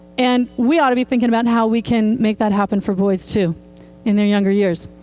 and we ought to be thinking about how we can make that happen for boys too in their younger years.